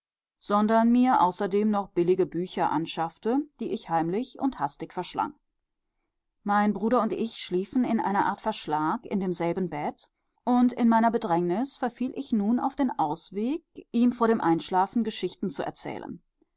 sondern mir außerdem noch billige bücher anschaffte die ich heimlich und hastig verschlang mein bruder und ich schliefen in einer art verschlag in demselben bett und in meiner bedrängnis verfiel ich nun auf den ausweg ihm vor dem einschlafen geschichten zu erzählen